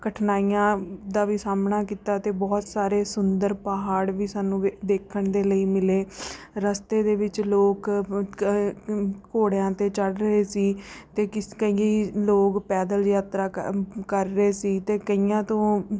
ਕਠਿਨਾਈਆਂ ਦਾ ਵੀ ਸਾਹਮਣਾ ਕੀਤਾ ਅਤੇ ਬਹੁਤ ਸਾਰੇ ਸੁੰਦਰ ਪਹਾੜ ਵੀ ਸਾਨੂੰ ਵੇ ਦੇਖਣ ਦੇ ਲਈ ਮਿਲੇ ਰਸਤੇ ਦੇ ਵਿੱਚ ਲੋਕ ਘੋੜਿਆਂ 'ਤੇ ਚੜ੍ਹ ਰਹੇ ਸੀ ਅਤੇ ਕਿਸ ਕਈ ਲੋਕ ਪੈਦਲ ਯਾਤਰਾ ਕ ਕਰ ਰਹੇ ਸੀ ਅਤੇ ਕਈਆਂ ਤੋਂ